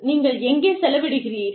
நீங்கள் எங்கே செலவிடுகிறீர்கள்